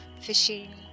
fishing